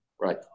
right